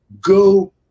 Go